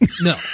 No